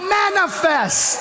manifest